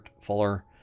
Fuller